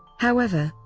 however,